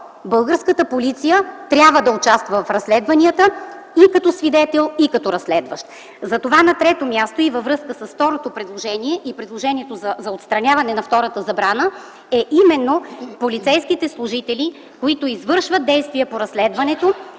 Българската полиция трябва да участва в разследванията и като свидетел, и като разследващ. Затова, на трето място, и във връзка с предложението за отстраняване на втората забрана е именно полицейските служители, които извършват действия по разследването,